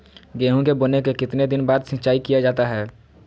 गेंहू के बोने के कितने दिन बाद सिंचाई किया जाता है?